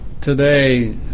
today